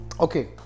Okay